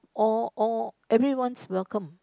all all everyone welcome